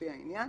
לפי העניין